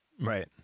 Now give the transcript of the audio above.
Right